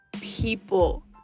people